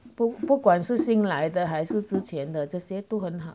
不不管是新来的还是之前的这些都很好